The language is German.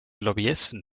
lobbyisten